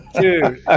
Dude